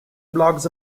blogs